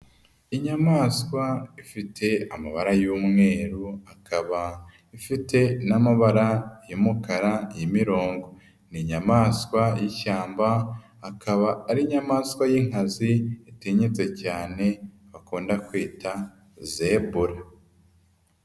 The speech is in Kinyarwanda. Inyamaswa ifite amabara y'umweru, akaba ifite n'amabara y'umukara y'imirongo. Ni inyamaswa y'ishyamba, akaba ari inyamaswa y'inkazi, itinyitse cyane bakunda kwita zebura.